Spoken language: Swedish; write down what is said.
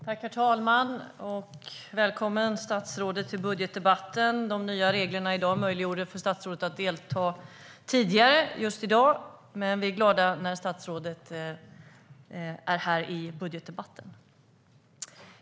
Herr talman! Välkommen, statsrådet, till budgetdebatten! De nya reglerna i dag möjliggjorde för statsrådet att delta tidigare, men vi är glada att statsrådet är här i budgetdebatten.